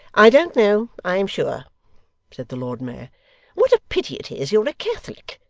i don't know, i am sure said the lord mayor what a pity it is you're a catholic!